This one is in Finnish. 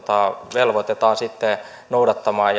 velvoitetaan sitten noudattamaan